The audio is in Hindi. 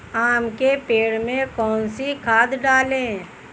आम के पेड़ में कौन सी खाद डालें?